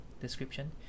description